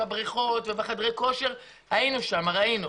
בבריכות ובחדרי הכושר וראינו.